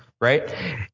right